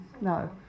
No